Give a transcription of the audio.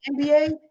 nba